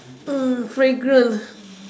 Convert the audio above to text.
mm fragrant